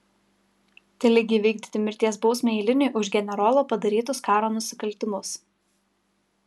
tai lyg įvykdyti mirties bausmę eiliniui už generolo padarytus karo nusikaltimus